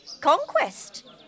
Conquest